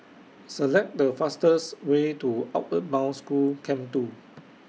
Select The fastest Way to Outward Bound School Camp two